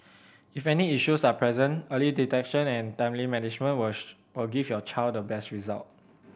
if any issues are present early detection and timely management will give your child the best result